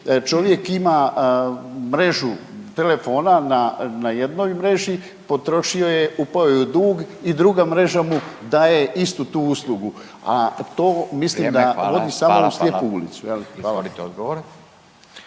čovjek ima mrežu telefona na jednoj mreži, potrošio je, upao je u dug i druga mreža mu daje istu tu uslugu, a to mislim da vodi samo u slijepu ulicu. **Radin, Furio